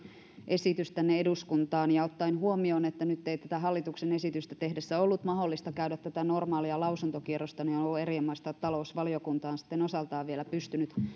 esitys tänne eduskuntaan ja ottaen huomioon että nyt ei tätä hallituksen esitystä tehtäessä ollut mahdollista käydä tätä normaalia lausuntokierrosta on ollut erinomaista että talousvaliokunta on sitten osaltaan vielä pystynyt